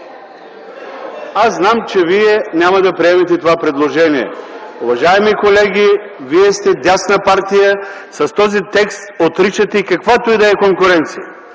Знам, че вие няма да приемете това предложение. Уважаеми колеги, вие сте дясна партия. С този текст отричате каквато и да е конкуренция!